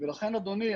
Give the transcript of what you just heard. ולכן אדוני,